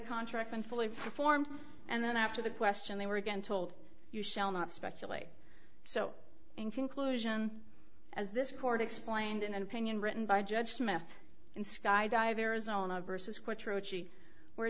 contract and fully performed and then after the question they were again told you shall not speculate so in conclusion as this court explained in an opinion written by judge smith in skydive arizona versus